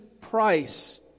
price